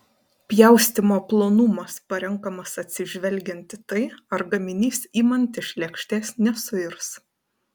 pjaustymo plonumas parenkamas atsižvelgiant į tai ar gaminys imant iš lėkštės nesuirs